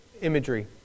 imagery